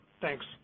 Thanks